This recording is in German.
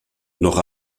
noch